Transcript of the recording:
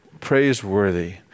praiseworthy